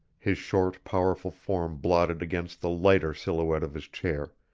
his short, powerful form blotted against the lighter silhouette of his chair,